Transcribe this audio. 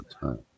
time